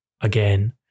again